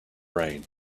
rain